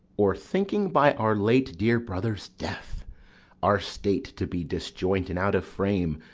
or thinking by our late dear brother's death our state to be disjoint and out of frame,